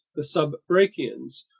the subbrachians,